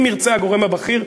אם ירצה הגורם הבכיר,